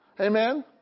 Amen